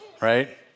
right